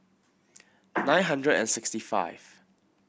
nine hundred and sixty five